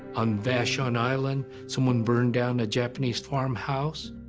on vashon island, someone burned down a japanese farmhouse.